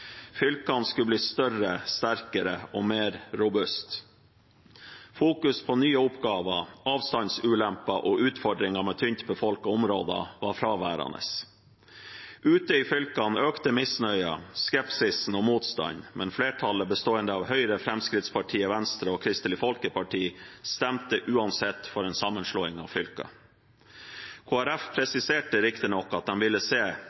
Fylkene skulle bli større, sterkere og mer robuste. Fokusering på nye oppgaver, avstandsulemper og utfordringer med tynt befolkede områder var fraværende. Ute i fylkene økte misnøyen, skepsisen og motstanden. Men flertallet, bestående av Høyre, Fremskrittspartiet, Venstre og Kristelig Folkeparti, stemte uansett for en sammenslåing av fylkene. Kristelig Folkeparti presiserte riktignok at de ville se